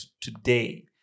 today